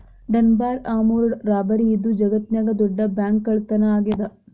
Dunbar armoured robbery ಇದು ಜಗತ್ನ್ಯಾಗ ದೊಡ್ಡ ಬ್ಯಾಂಕ್ಕಳ್ಳತನಾ ಆಗೇದ